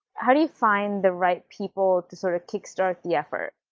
how do you find the right people to sort of kick-start the effort?